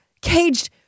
caged